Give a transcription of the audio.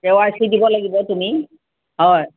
কে Y C দিব লাগিব তুমি হয়